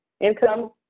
income